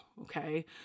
okay